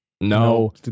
No